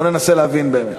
בוא ננסה להבין באמת.